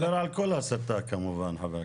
אתה מדבר על כל הסתה כמובן, חבר הכנסת.